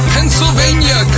Pennsylvania